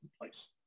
place